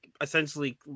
essentially